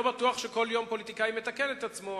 אני לא בטוח שכל יום פוליטיקאי מתקן את עצמו,